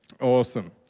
Awesome